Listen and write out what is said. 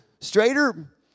straighter